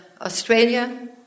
Australia